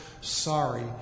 sorry